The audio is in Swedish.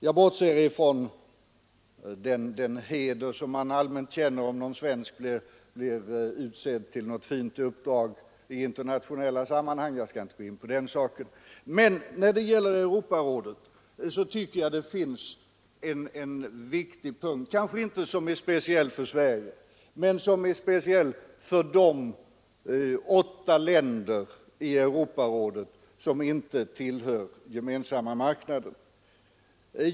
Jag bortser från den heder man allmänt känner om någon svensk blir utsedd till ett fint uppdrag i internationella sammanhang; jag skall inte gå in på den saken. När det gäller Europarådet tycker jag att det finns en viktig punkt, kanske inte speciellt för Sverige utan för de åtta länder i Europarådet som inte tillhör den gemensamma marknaden.